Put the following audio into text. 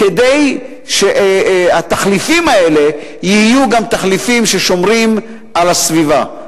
כדי שהתחליפים האלה יהיו גם תחליפים ששומרים על הסביבה.